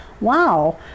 Wow